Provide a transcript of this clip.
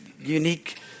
unique